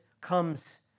comes